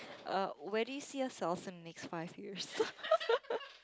uh where do you see yourself in the next five years